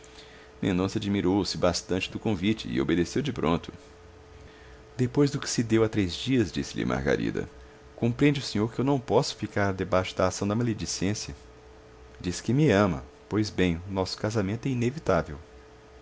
casa mendonça admirou-se bastante do convite e obedeceu de pronto depois do que se deu há três dias disse-lhe margarida compreende o senhor que eu não posso ficar debaixo da ação da maledicência diz que me ama pois bem o nosso casamento é inevitável